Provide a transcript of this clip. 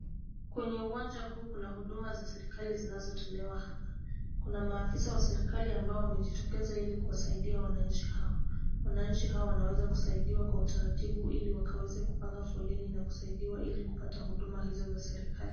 Kwenye uwanja huu kuna huduma za serikali zinazotolewa hapa. Kuna maafisa wa serikali ambao wamejitokeza ili kuwasaidia wananchi hawa. Wananchi hawa wanaweza kusaidiwa kwa utaratibu ili wakaweze kupanga foleni na kusaidiwa ili kupata huduma hizo za serikali.